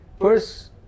First